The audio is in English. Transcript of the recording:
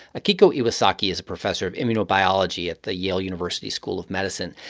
akiko iwasaki is a professor of immunobiology at the yale university school of medicine.